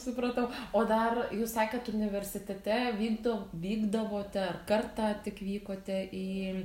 supratau o dar jūs sakėt universitete vykdo vykdavote ar kartą tik vykote į